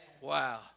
Wow